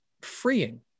freeing